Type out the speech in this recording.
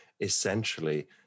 essentially